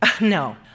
No